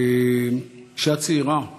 אישה צעירה מאוד,